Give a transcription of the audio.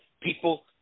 people